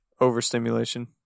overstimulation